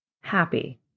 happy